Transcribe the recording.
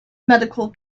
medical